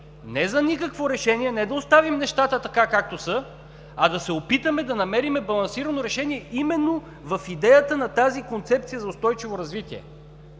не за никакво решение, не да оставим нещата така, както са, а да се опитаме да намерим балансирано решение именно в идеята на тази концепция за устойчиво развитие,